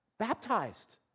baptized